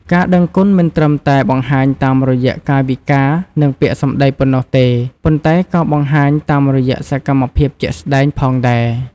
ការដឹងគុណមិនត្រឹមតែបង្ហាញតាមរយៈកាយវិការ និងពាក្យសម្ដីប៉ុណ្ណោះទេ ប៉ុន្តែក៏បង្ហាញតាមរយៈ សកម្មភាពជាក់ស្ដែង ផងដែរ។